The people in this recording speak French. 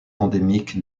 endémique